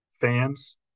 fans